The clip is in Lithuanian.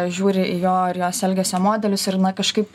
žiūri į jo ir jos elgesio modelius ir na kažkaip